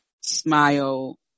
smile